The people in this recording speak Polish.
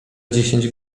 dziesięć